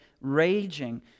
raging